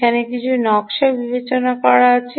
এখানে কিছু নকশা বিবেচনা আছে